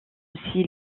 aussi